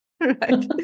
Right